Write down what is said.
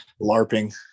larping